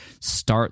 start